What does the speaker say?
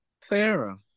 Sarah